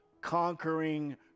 conquering